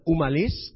Umalis